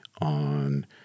on